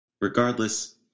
regardless